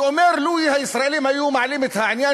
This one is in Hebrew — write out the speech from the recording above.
שאומר: לו הישראלים היו מעלים את העניין